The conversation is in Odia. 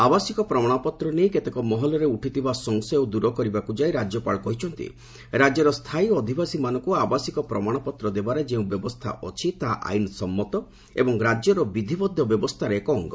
ଆବାସିକ ପ୍ରମାଣପତ୍ର ନେଇ କେତେକ ମହଲରେ ଉଠିଥିବା ସଂଶୟ ଦୂର କରିବାକୁ ଯାଇ ରାଜ୍ୟପାଳ କହିଛନ୍ତି ରାଜ୍ୟର ସ୍ଥାୟୀ ଅଧିବାସୀମାନଙ୍କୁ ଆବାସିକ ପ୍ରମାଣପତ୍ର ଦେବାରେ ଯେଉଁ ବ୍ୟବସ୍ଥା ଅଛି ତାହା ଆଇନସମ୍ମତ ଏବଂ ରାଜ୍ୟର ବିଧିବଦ୍ଧ ବ୍ୟବସ୍ଥାର ଏକ ଅଙ୍ଗ